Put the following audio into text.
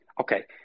Okay